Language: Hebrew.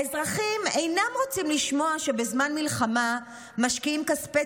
האזרחים אינם רוצים לשמוע שבזמן מלחמה משקיעים כספי